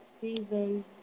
Season